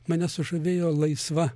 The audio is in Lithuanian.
mane sužavėjo laisva